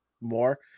more